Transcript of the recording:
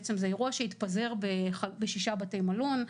בעצם זה אירוע שהתפזר בשישה בתי מלון,